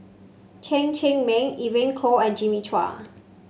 Chen Cheng Mei Evon Kow and Jimmy Chua